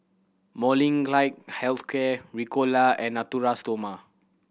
Molnylcke Health Care Ricola and Natura Stoma